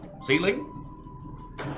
Ceiling